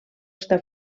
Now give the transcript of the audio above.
està